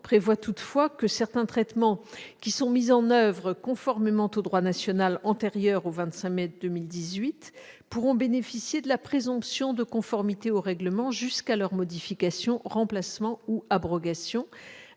prévoit néanmoins que certains traitements qui sont mis en oeuvre conformément au droit national antérieur au 25 mai 2018 pourront bénéficier de la présomption de conformité au règlement jusqu'à leur modification, remplacement ou abrogation,